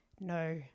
no